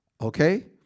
Okay